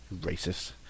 Racist